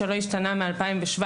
שלא השתנה משנת 2017,